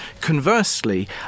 Conversely